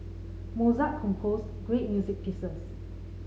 Mozart composed great music pieces